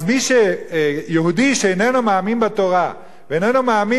אז יהודי שאיננו מאמין בתורה ואיננו מאמין